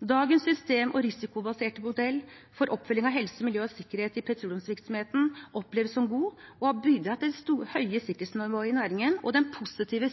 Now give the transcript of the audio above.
Dagens system- og risikobaserte modell for oppfølging av helse, miljø og sikkerhet i petroleumsvirksomheten oppleves som god og har bidratt til det høye sikkerhetsnivået i næringen og den positive